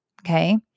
okay